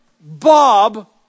Bob